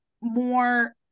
more